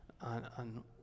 on